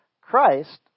Christ